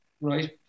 right